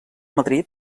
madrid